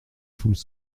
foules